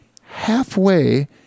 halfway